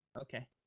okay